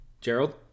Gerald